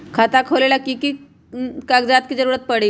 खाता खोले ला कि कि कागजात के जरूरत परी?